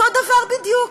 אותו דבר בדיוק.